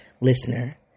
listener